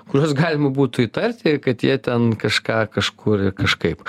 kuriuos galima būtų įtarti kad jie ten kažką kažkur ir kažkaip